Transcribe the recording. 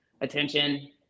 Attention